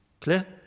clear